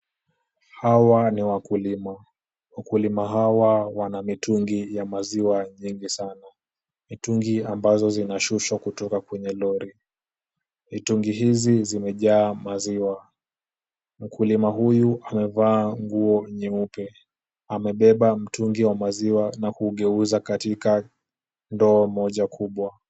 Hawa ni wakulima, wakulima hawa wana mitungi ya maziwa nyingi sana, mitungi ambazo zinashushwa kutoka kwenye lori, mitungi hizi zimejaa maziwa. Mkulima huyu amevaa nguo nyeupe, amebeba mtungi wa maziwa na kuugeuza katika ndoo moja kubwa.